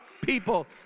people